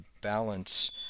balance